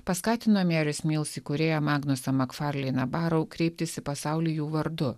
paskatino meri smils įkūrėją magnusą makfarlį nabaru kreiptis į pasaulį jų vardu